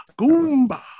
goomba